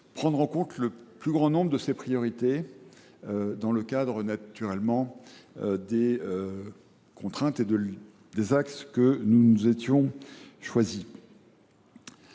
prendre en compte le plus grand nombre de ces priorités, dans le cadre, naturellement, des contraintes et des axes que nous avions choisis.